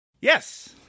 Yes